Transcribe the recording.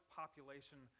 population